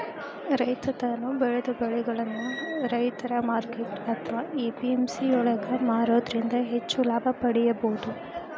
ರೈತ ತಾನು ಬೆಳೆದ ಬೆಳಿಗಳನ್ನ ರೈತರ ಮಾರ್ಕೆಟ್ ಅತ್ವಾ ಎ.ಪಿ.ಎಂ.ಸಿ ಯೊಳಗ ಮಾರೋದ್ರಿಂದ ಹೆಚ್ಚ ಲಾಭ ಪಡೇಬೋದು